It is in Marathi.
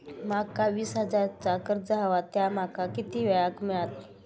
माका वीस हजार चा कर्ज हव्या ता माका किती वेळा क मिळात?